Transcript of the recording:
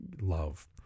love